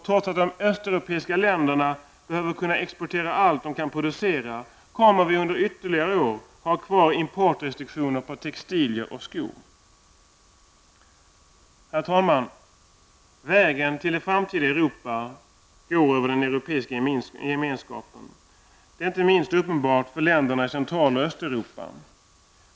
Trots att de östeuropeiska länderna behöver kunna exportera allt de kan producera, kommer vi att under ytterligare några år ha kvar importrestriktioner på textilier och skor. Herr talman! Vägen till det framtida Europa går genom Europeiska gemenskapen. Det är inte minst uppenbart för länderna i Central och Östeuropa.